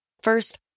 First